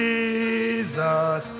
Jesus